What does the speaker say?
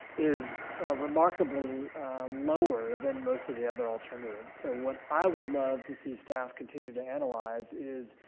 is remarkably lower than most of the other alternatives, so what i would love to see staff continue to analyze is,